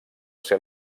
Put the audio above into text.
ser